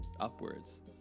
upwards